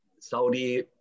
Saudi